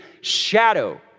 shadow